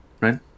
right